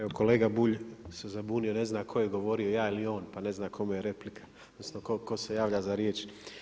Evo kolega Bulj se zabunio ne zna tko je govorio ja ili on pa ne zna kome je replika odnosno tko se javlja za riječ.